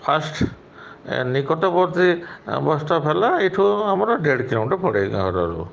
first ନିକଟବର୍ତ୍ତୀ bus stop ହେଲା ଏଇଠୁ ଆମର ଦେଢ଼ କିଲୋମିଟର୍ ପଡ଼େ ଗାଁରରୁ